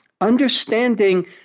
understanding